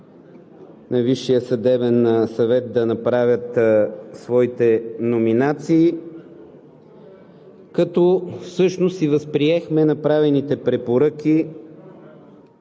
на Висшия съдебен съвет да направят своите номинации, като всъщност и възприехме направените препоръки,